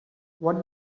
what